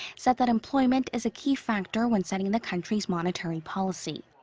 said that employment is a key factor when setting the country's monetary policy.